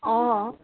অঁ